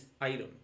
item